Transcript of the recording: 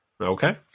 Okay